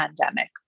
pandemic